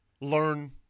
learn